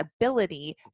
ability